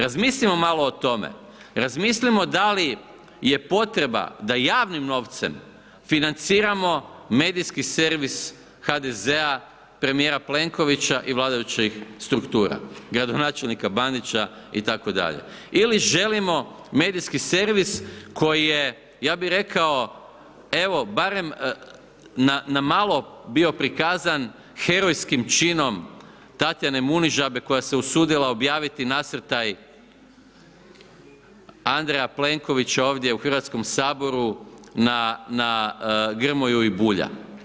Razmislimo malo o tome, razmislimo da li je potreba da javnim novcem financiramo medijski servis HDZ-a, premijera Plenkovića i vladajućih struktura, gradonačelnika Bandića itd. ili želimo medijski servis koji je, ja bi rekao, evo barem na malo bio prikazan herojskim činom Tatjane Munižabe koja se usudila objaviti nasrtaj Andreja Plenkovića ovdje u HS na Grmoju i Bulja.